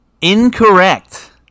Incorrect